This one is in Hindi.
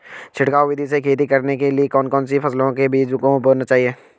छिड़काव विधि से खेती करने के लिए कौन कौन सी फसलों के बीजों को बोना चाहिए?